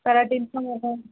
correct inform